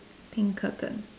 pink curtain